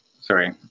Sorry